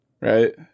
Right